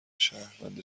شهروند